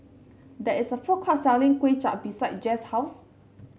there is a food court selling Kuay Chap beside Jess' house